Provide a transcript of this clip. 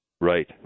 Right